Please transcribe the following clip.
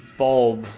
bulb